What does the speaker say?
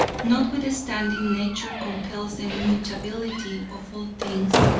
notwithstanding nature compels the mutability of all things,